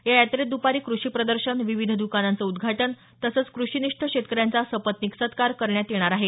या यात्रेत दुपारी कृषी प्रदर्शन विविध दुकानांचं उद्घाटन तसंच कृषीनिष्ठ शेतकऱ्यांचा सपत्नीक सत्कार करण्यात येणार आहे